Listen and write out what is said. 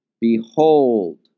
Behold